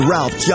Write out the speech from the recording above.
Ralph